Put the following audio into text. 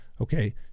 okay